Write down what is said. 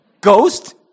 Ghost